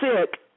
sick